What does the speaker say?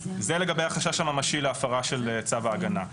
זה לגבי החשש הממשי להפרה של צו ההגנה.